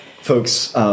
Folks